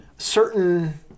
Certain